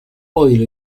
oil